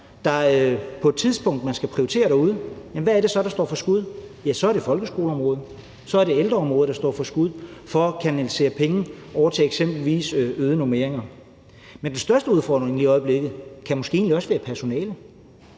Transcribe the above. man på et tidspunkt skal prioritere derude, hvad er det så, der står for skud? Ja, det er folkeskoleområdet og ældreområdet, der står for skud i forhold til at kanalisere penge over til eksempelvis øgede normeringer. Men den største udfordring lige i øjeblikket kan måske også være personalet,